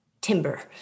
timber